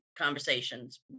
conversations